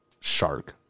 Shark